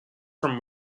from